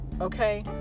okay